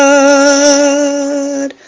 God